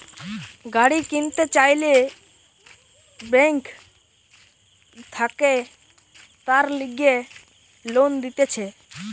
গাড়ি কিনতে চাইলে বেঙ্ক থাকে তার লিগে লোন দিতেছে